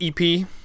ep